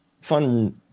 fun